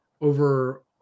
over